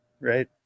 Right